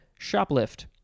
shoplift